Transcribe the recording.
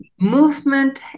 movement